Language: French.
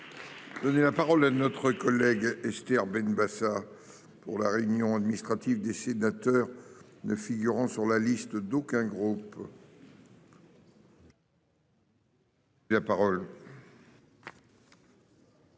Donner la parole à notre collègue Esther Benbassa pour la réunion administrative des sénateurs ne figurant sur la liste d'aucun gros. Monsieur le